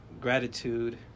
gratitude